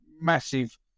massive